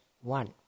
one